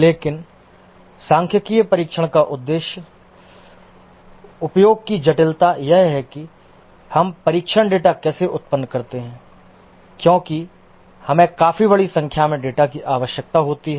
लेकिन सांख्यिकीय परीक्षण का उपयोग करने की जटिलता यह है कि हम परीक्षण डेटा कैसे उत्पन्न करते हैं क्योंकि हमें काफी बड़ी संख्या में डेटा की आवश्यकता होती है